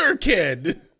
kid